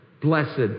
blessed